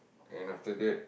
and after that